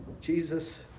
Jesus